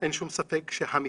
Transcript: אין שום ספק שהמדינה,